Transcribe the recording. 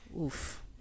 Oof